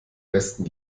besten